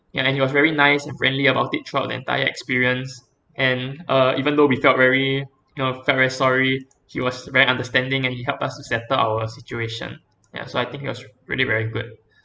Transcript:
ya and he was very nice and friendly about it throughout the entire experience and uh even though we felt very you know felt very sorry he was very understanding and he helped us to settle our situation ya so I think he was really very good